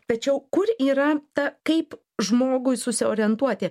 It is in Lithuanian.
tačiau kur yra ta kaip žmogui susiorientuoti